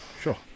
Sure